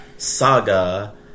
saga